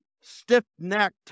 stiff-necked